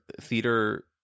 theater